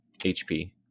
HP